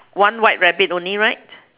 one white rabbit only right